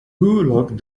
locked